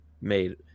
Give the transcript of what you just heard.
made